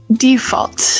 default